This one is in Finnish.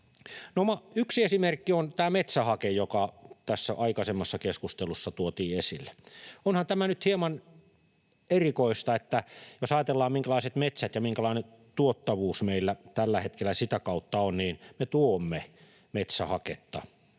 Yksi esimerkki on tämä metsähake, joka tässä aikaisemmassa keskustelussa tuotiin esille. Onhan se hieman erikoista, että jos ajatellaan, minkälaiset metsät ja minkälainen tuottavuus meillä tällä hetkellä sitä kautta on, niin me tuomme metsähaketta